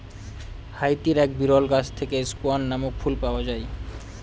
হাইতির এক বিরল গাছ থেকে স্কোয়ান নামক ফুল পাওয়া যায়